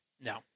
No